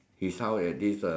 his house at this uh